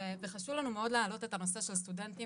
וחשוב לנו מאוד להעלות את הנושא של סטודנטים